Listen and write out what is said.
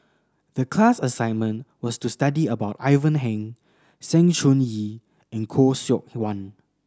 the class assignment was to study about Ivan Heng Sng Choon Yee and Khoo Seok Wan